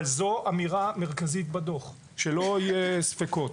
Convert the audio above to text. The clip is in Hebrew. אבל זו אמירה מרכזית בדוח, שלא יהיו ספקות.